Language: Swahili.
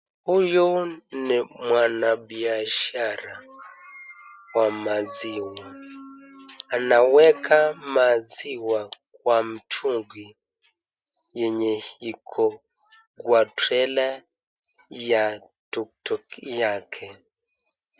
Huyu ni mwabiashara wa maziwa, anaweka maziwa kwa mtungi yenye iko kwa trela ya tuktuk yake.